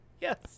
Yes